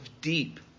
deep